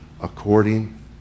according